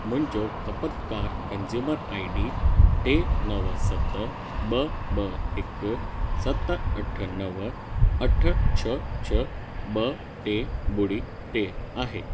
मुंहिंजो खपतकार consumer ID टे नव सत ॿ ॿ हिकु सत अठ नव अठ छह छह ॿ टे ॿुड़ी टे आहे